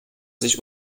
sich